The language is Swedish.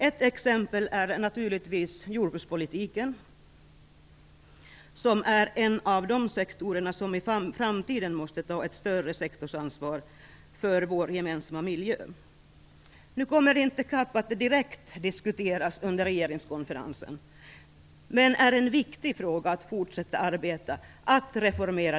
Ett exempel är naturligtvis jordbrukspolitiken. Jordbruket är en av de sektorer som i framtiden måste ta ett större sektorsansvar för vår gemensamma miljö. Nu kommer inte CAP att direkt diskuteras under regeringskonferensen, men reformeringen av jordbrukssektorn är en viktig fråga att fortsätta arbeta med.